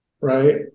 right